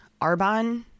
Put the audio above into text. Arbon